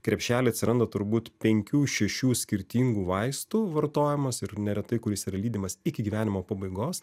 krepšely atsiranda turbūt penkių šešių skirtingų vaistų vartojimas ir neretai kuris yra lydimas iki gyvenimo pabaigos